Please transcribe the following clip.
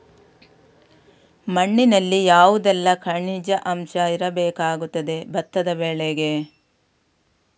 ಮಣ್ಣಿನಲ್ಲಿ ಯಾವುದೆಲ್ಲ ಖನಿಜ ಅಂಶ ಇರಬೇಕಾಗುತ್ತದೆ ಭತ್ತದ ಬೆಳೆಗೆ?